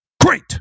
Great